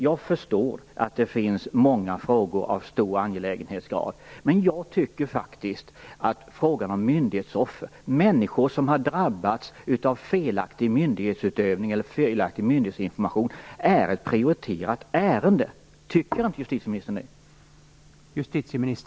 Jag förstår att det finns många frågor av hög angelägenhetsgrad, men jag tycker faktiskt att frågan om myndighetsoffer - människor som drabbats av felaktig myndighetsutövning eller felaktig myndighetsinformation - är ett prioriterat ärende. Tycker inte justitieministern det?